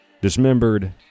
dismembered